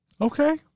Okay